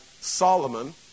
Solomon